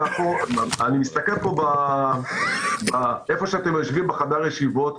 אני מסתכל פה איפה שאתם יושבים בחדר הישיבות.